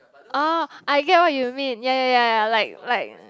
orh I get what you mean ya ya ya ya like like